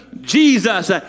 Jesus